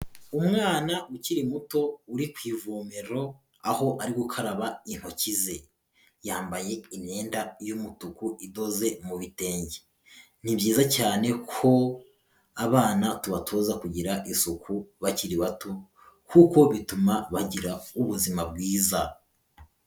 Umwana ukiri muto uri ku ivomero aho ari gukaraba intoki ze. Yambaye imyenda y'umutuku idoze mu bitenge. Ni byiza cyane ko abana tubatoza kugira isuku bakiri bato, kuko bituma bagira ubuzima bwiza.